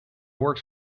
works